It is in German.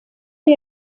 der